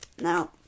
Now